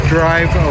Drive